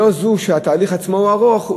לא זו בלבד שהתהליך עצמו ארוך,